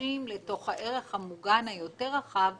הנשים לתוך הערל המוגן הרחב יותר